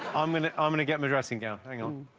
i'm gonna i'm gonna get my dressing-gown. hang on